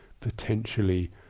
potentially